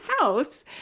house